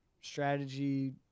strategy